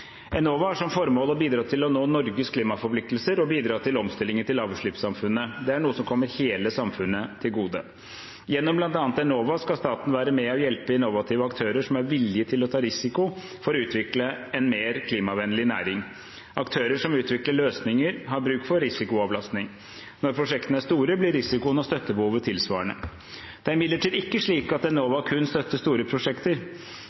Enova har som formål å bidra til å nå Norges klimaforpliktelser og bidra til omstillingen til lavutslippssamfunnet. Det er noe som kommer hele samfunnet til gode. Gjennom bl.a. Enova skal staten være med og hjelpe innovative aktører som er villige til å ta risiko for å utvikle en mer klimavennlig næring. Aktører som vil utvikle løsninger, har bruk for risikoavlastning. Når prosjektene er store, blir risikoen og støttebehovet tilsvarende. Det er imidlertid ikke slik at Enova kun støtter store prosjekter.